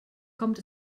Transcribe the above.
kommt